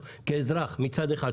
מצד אחד,